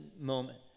moment